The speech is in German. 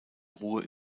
ruhe